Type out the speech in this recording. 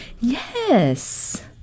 yes